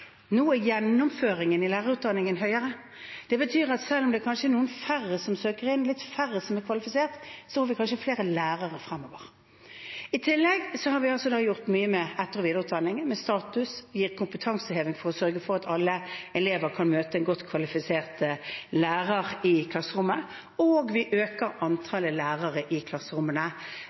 kanskje er noen færre som søker, litt færre som er kvalifisert, så får vi kanskje flere lærere fremover. I tillegg har vi gjort mye med etter- og videreutdanningen, med statusen, gitt kompetanseheving for å sørge for at alle elever kan møte en godt kvalifisert lærer i klasserommet. Vi øker antallet lærere i klasserommene,